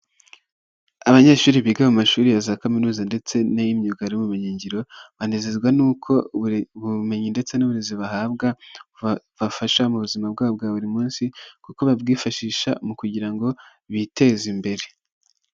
Abanyeshuri biga mu mashuri ya za kaminuza ndetse n'ay'imyuga n'ubumenyingiro banezezwa n'uko bumenyi ndetse n'uburezi bahabwa bubafasha mu buzima bwabo bwa buri munsi, kuko babwifashisha mu kugira ngo biteze imbere.